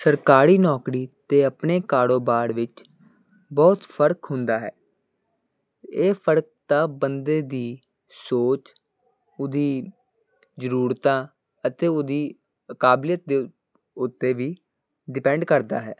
ਸਰਕਾਰੀ ਨੌਕਰੀ ਅਤੇ ਆਪਣੇ ਕਾੜੋਬਾੜ ਵਿੱਚ ਬਹੁਤ ਫਰਕ ਹੁੰਦਾ ਹੈ ਇਹ ਫਰਕ ਤਾਂ ਬੰਦੇ ਦੀ ਸੋਚ ਉਹਦੀਆਂ ਜ਼ਰੂਰਤਾਂ ਅਤੇ ਉਹਦੀ ਕਾਬਲੀਅਤ ਦੇ ਉੱਤੇ ਵੀ ਡਿਪੈਂਡ ਕਰਦਾ ਹੈ